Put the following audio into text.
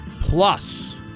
Plus